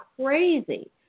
crazy